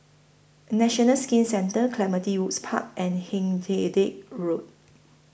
National Skin Centre Clementi Woods Park and Hindhede Road